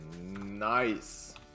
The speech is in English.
Nice